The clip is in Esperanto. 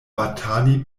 batali